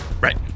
Right